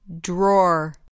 Drawer